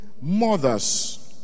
mothers